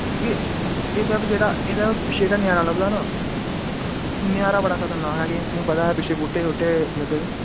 की के एह्दा जेह्ड़ा नजारा लब्भदा ना नजारा बड़ा खतरनाक ऐ तुसेंगी पता पिच्छे बूह्टे शूह्टे लग्गे दे न